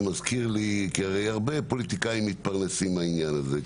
זה מזכיר לי כי הרי הרבה פוליטיקאים מתפרנסים מהעניין הזה.